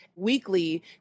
Weekly